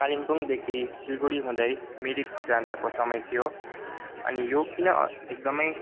कालिम्पोङदेखि सिलगडी हुँदै मिरिक जाँदाको समय थियो अनि यो किन एकदम